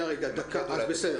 אדוני.